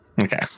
Okay